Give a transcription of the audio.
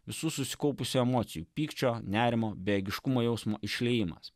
visų susikaupusių emocijų pykčio nerimo bejėgiškumo jausmo išliejimas